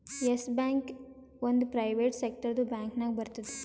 S Bank ಒಂದ್ private ಸೆಕ್ಟರ್ದು bank ನಾಗ್ ಬರ್ತುದ್